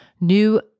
new